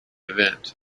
event